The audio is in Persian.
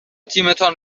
تیمتان